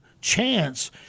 chance